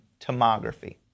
tomography